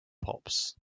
pops